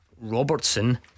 Robertson